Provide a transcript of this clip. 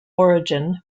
origin